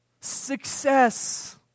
success